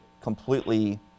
completely